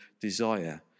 desire